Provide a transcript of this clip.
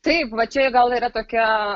taip va čia gal yra tokia